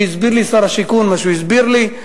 והסביר לי שר השיכון מה שהסביר לי,